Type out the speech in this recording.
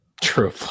true